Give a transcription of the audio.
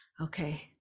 Okay